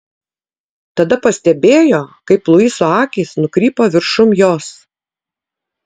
tada pastebėjo kaip luiso akys nukrypo viršum jos